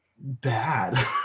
bad